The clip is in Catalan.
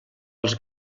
als